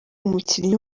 umukinnyi